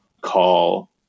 call